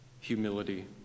humility